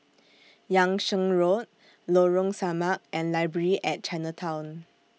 Yung Sheng Road Lorong Samak and Library At Chinatown